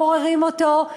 גוררים אותו,